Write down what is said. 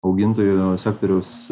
augintojų sektoriaus